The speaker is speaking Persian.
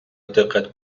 دقت